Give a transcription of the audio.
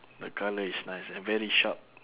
the colour is nice and very sharp